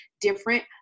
different